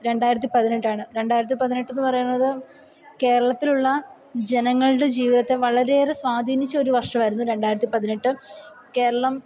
രണ്ടായിരത്തിപ്പതിനെട്ടാണ് രണ്ടായിരത്തിപ്പതിനെട്ടെന്ന് പറയുന്നത് കേരളത്തിലുള്ള ജനങ്ങളുടെ ജീവിതത്തെ വളരെയേറെ സ്വാധീനിച്ച ഒര് വർഷമായിരുന്നു രണ്ടായിരത്തിപ്പതിനെട്ട് കേരളം